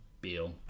Beal